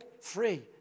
free